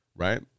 right